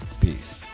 Peace